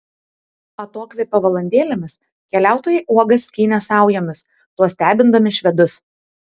atokvėpio valandėlėmis keliautojai uogas skynė saujomis tuo stebindami švedus